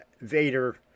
Vader